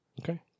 Okay